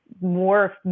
more